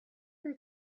her